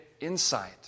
insight